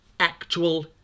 actual